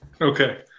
Okay